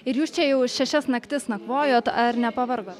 ir jūs čia jau šešias naktis nakvojot ar nepavargot